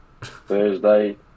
Thursday